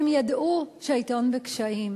ידעו שהעיתון בקשיים.